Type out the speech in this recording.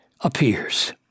appears